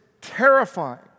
terrifying